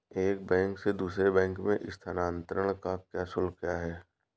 एक बैंक से दूसरे बैंक में स्थानांतरण का शुल्क क्या है?